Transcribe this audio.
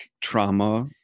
trauma